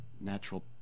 natural